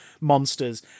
monsters